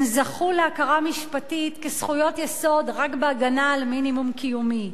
הן זכו להכרה משפטית כזכויות יסוד רק בהגנה על מינימום קיומי,